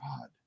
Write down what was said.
God